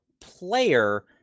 player